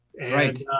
right